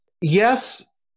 Yes